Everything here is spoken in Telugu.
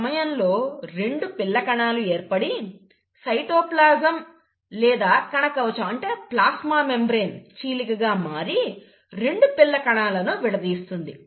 ఈ సమయంలో రెండు పిల్లకణాలు ఏర్పడి సైటోప్లాజం లేదా కణకవచంప్లాస్మా మెంబ్రేన్ చీలిక గా మారి రెండు పిల్లకణాలనూ విడదీస్తుంది